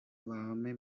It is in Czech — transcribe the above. vámi